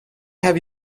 have